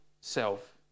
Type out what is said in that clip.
self